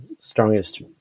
strongest